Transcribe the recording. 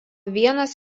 vienas